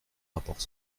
rapports